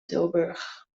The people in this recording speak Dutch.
tilburg